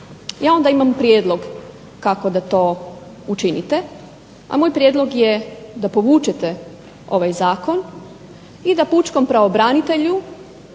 ja onda imam prijedlog kako da to učinite, a moj prijedlog je da povučete ovaj Zakon i da pučkom pravobranitelju